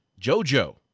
JoJo